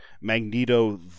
Magneto